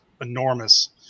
enormous